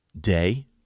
day